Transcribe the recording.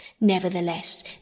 Nevertheless